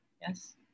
yes